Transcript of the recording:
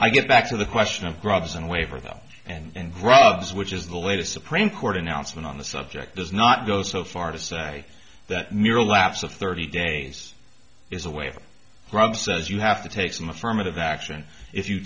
i get back to the question of grubs and way for them and drugs which is the latest supreme court announcement on the subject does not go so far to say that mere lapse of thirty days is a way rob says you have to take some affirmative action if you